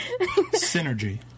Synergy